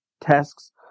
tasks